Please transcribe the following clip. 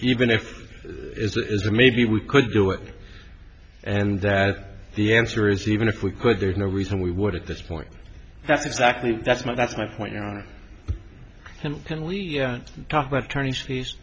it is maybe we could do it and that the answer is even if we could there's no reason we would at this point that's exactly that's my that's my point and can we talk about turning s